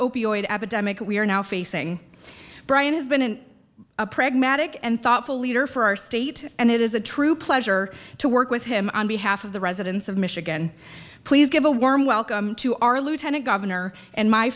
opioid epidemic we are now facing brian has been in a pragmatic and thoughtful leader for our state and it is a true pleasure to work with him on behalf of the residents of michigan please give a warm welcome to our lieutenant governor and my